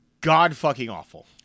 god-fucking-awful